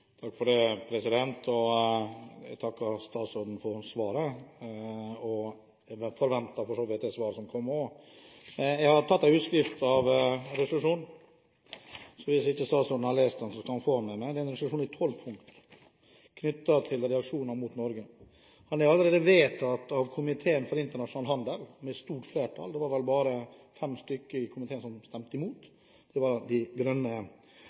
Jeg takker statsråden for svaret, og jeg forventet for så vidt det svaret som kom. Jeg har tatt en utskrift av resolusjonen, så hvis ikke statsråden har lest den, skal han få den av meg. Det er en resolusjon på tolv punkter knyttet til reaksjoner mot Norge. Den er allerede vedtatt av komiteen for internasjonal handel, med stort flertall. Det var vel bare fem i komiteen som stemte imot, og det var de grønne.